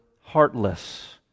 heartless